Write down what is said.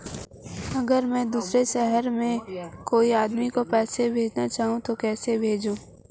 अगर मैं किसी दूसरे शहर में कोई आदमी को पैसे भेजना चाहूँ तो कैसे भेजूँ?